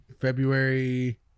February